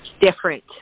different